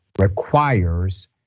requires